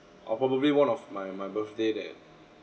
uh probably one of my my birthday that